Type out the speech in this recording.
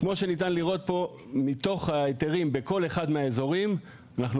כמו שניתן לראות פה מתוך ההיתרים בכל אחד מהאזורים אנחנו